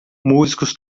músicos